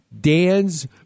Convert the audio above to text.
Dan's